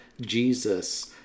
Jesus